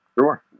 Sure